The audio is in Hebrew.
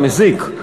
המזיק,